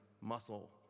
muscle